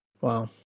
Wow